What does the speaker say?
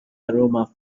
aroma